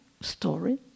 story